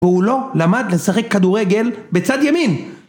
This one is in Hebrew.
הוא לא למד לשחק כדורגל בצד ימין